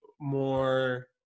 more